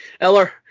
Eller